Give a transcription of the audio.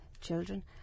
children